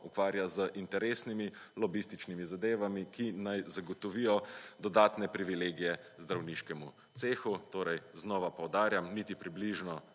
ukvarja z interesnimi lobističnimi zadevami, ki naj zagotovijo dodatne privilegije zdravniškemu cehu, torej znova poudarjam, niti približno